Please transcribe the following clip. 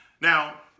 Now